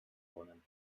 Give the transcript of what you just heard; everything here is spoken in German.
bäumen